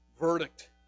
Verdict